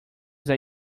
that